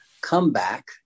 comeback